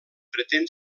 pretén